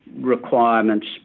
requirements